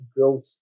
growth